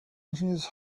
his